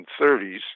1930s